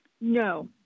No